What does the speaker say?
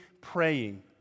praying